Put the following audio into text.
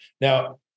Now